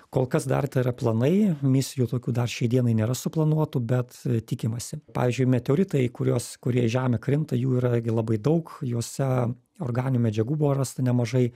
kol kas dar tai yra planai misijų tokių dar šiai dienai nėra suplanuotų bet tikimasi pavyzdžiui meteoritai kuriuos kurie į žemę krinta jų yra gi labai daug juose organinių medžiagų buvo rasta nemažai